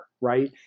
Right